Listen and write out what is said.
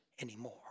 anymore